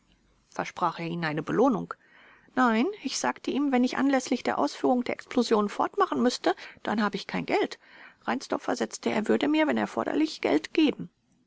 versprach er ihnen eine belohnung b nein ich sagte ihm wenn ich anläßlich der ausführung der explosion fortmachen müßte dann habe ich kein geld reinsdorf versetzte er würde mir wenn erforderlich geld geben